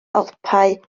alpau